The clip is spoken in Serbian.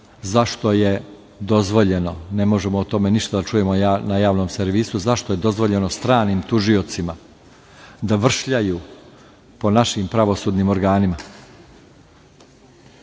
oblasti, recimo, ne možemo o tome ništa da čujemo na javnom servisu, zašto je dozvoljeno stranim tužiocima da vršljaju po našim pravosudnim organima.